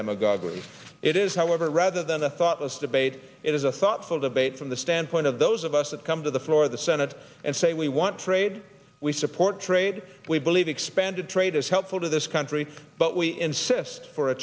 demagoguery it is however rather than a thoughtless debate it is a thoughtful debate from the standpoint of those of us that come to the floor of the senate and say we want trade we support trade we believe expanded trade is helpful to this country but we insist for a